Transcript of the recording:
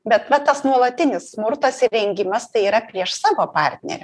bet va tas nuolatinis smurtas ir engimas tai yra prieš savo partnerę